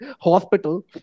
hospital